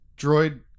droid